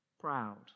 proud